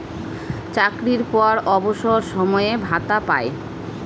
চাকরির পর অবসর সময়ে ভাতা পায়